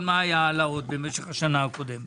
של מה היו ההעלאות במשך השנה הקודמת".